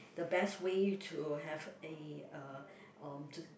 the best way to have a uh um to